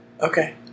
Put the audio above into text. okay